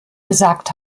gesagt